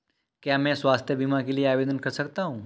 क्या मैं स्वास्थ्य बीमा के लिए आवेदन कर सकता हूँ?